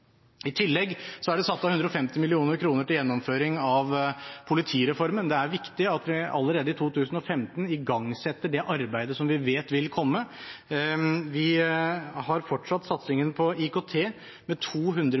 I tillegg er det satt av 150 mill. kr til gjennomføring av politireformen. Det er viktig at vi allerede i 2015 igangsetter det arbeidet som vi vet vil komme. Vi har fortsatt satsingen på IKT med 200